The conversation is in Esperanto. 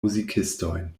muzikistojn